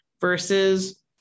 versus